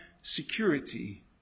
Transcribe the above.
security